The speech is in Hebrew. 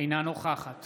אינה נוכחת